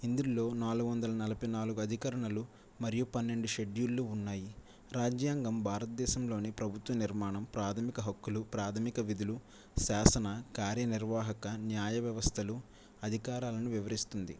ఇందులో నాలుగు వందల నలభై నాలుగు అధికరణలు మరియు పన్నెండు షెడ్యూళ్లు ఉన్నాయి రాజ్యాంగం భారతదేశంలోని ప్రభుత్వం నిర్మాణం ప్రాథమిక హక్కులు ప్రాథమిక విధులు శాసన కార్యనిర్వాహక న్యాయ వ్యవస్థలు అధికారాలను వివరిస్తుంది